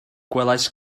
gwelais